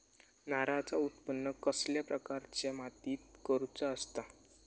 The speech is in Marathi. नारळाचा उत्त्पन कसल्या प्रकारच्या मातीत करूचा असता?